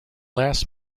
last